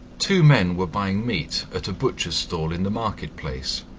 two men were buying meat at a butcher's stall in the market-place,